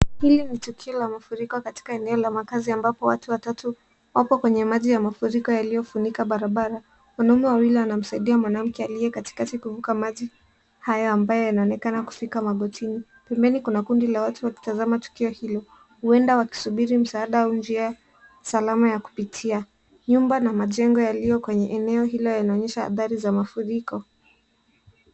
Hili ni tukio la mafuriko katika eneo la makaazi ambapo watu watatu wako kwenye maji ya mafuriko yaliyofurika barabara. Wanaume wawili wanamsaidia mwanamke aliye katikati kuvuka maji hayo ambayo yanaonekana kufika magotini. Pembeni kuna kundi la watu wakitazama tukio hilo, huenda wakisubiri msaada au njia salama ya kupitia. Nyumba na majengo yaliyo kwenye eneo hilo anaonyesha athari za mafuriko.